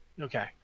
okay